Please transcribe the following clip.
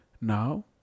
Now